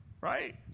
Right